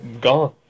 Gone